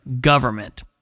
government